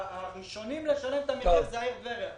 הראשונים לשלם את המחיר, זאת העיר טבריה.